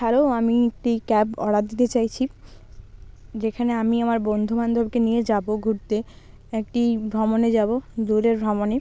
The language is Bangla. হ্যালো আমি একটি ক্যাব অর্ডার দিতে চাইছি যেখানে আমি আমার বন্ধুবান্ধবকে নিয়ে যাবো ঘুরতে একটি ভ্রমণে যাবো দূরের ভ্রমণে